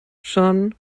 chun